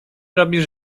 robisz